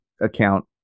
account